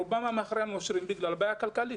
רובם המכריע נושרים בגלל בעיה כלכלית.